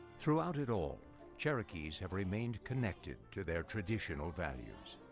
throughout it all cherokees have remained connected to their traditional values.